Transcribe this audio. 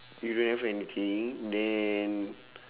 you don't have anything then